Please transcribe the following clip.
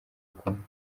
akunda